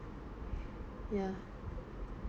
ya